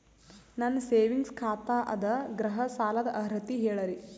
ನನ್ನ ಸೇವಿಂಗ್ಸ್ ಖಾತಾ ಅದ, ಗೃಹ ಸಾಲದ ಅರ್ಹತಿ ಹೇಳರಿ?